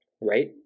right